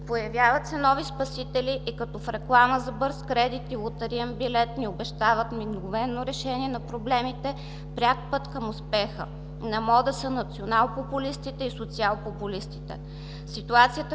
Появяват се нови спасители и като в реклама за бърз кредит и лотариен билет ни обещават мигновено решение на проблемите, пряк път към успеха. На мода са националпопулистите и социалпопулистите. Ситуацията,